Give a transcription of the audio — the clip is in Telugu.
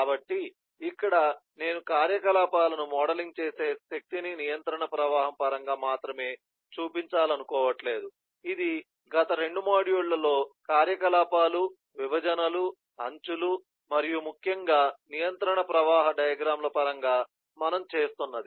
కాబట్టి ఇక్కడ నేను కార్యకలాపాలను మోడలింగ్ చేసే శక్తిని నియంత్రణ ప్రవాహం పరంగా మాత్రమే చూపించాలనుకోవట్లేదు ఇది గత 2 మాడ్యూళ్ళలో కార్యకలాపాలు విభజనలు అంచులు మరియు ముఖ్యంగా నియంత్రణ ప్రవాహ డయాగ్రమ్ ల పరంగా మనము చేస్తున్నది